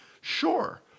Sure